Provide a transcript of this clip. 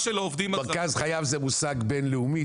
מרכז חייו זה מושג בינלאומי,